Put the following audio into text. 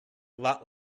lot